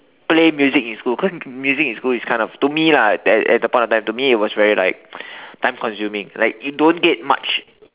play music in school cause music in school it's kind of to me lah that at that point of time to me it was very like time consuming like you don't get much